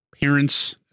parents